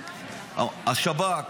השב"כ,